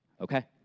Okay